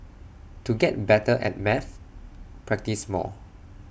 to get better at maths practise more